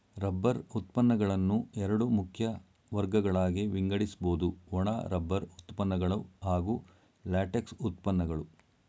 rubber ಉತ್ಪನ್ನಗಳನ್ನು ಎರಡು ಮುಖ್ಯ ವರ್ಗಗಳಾಗಿ ವಿಂಗಡಿಸ್ಬೋದು ಒಣ ರಬ್ಬರ್ ಉತ್ಪನ್ನಗಳು ಹಾಗೂ ಲ್ಯಾಟೆಕ್ಸ್ ಉತ್ಪನ್ನಗಳು